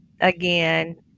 again